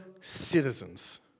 citizens